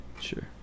sure